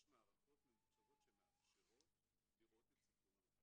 יש מערכות ממוחשבות שמאפשרות לראות את סיכום המחלה